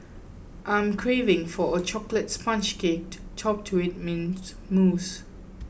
I am craving for a Chocolate Sponge Cake topped to it Mint Mousse